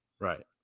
Right